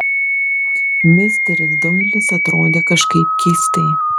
misteris doilis atrodė kažkaip keistai